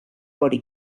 body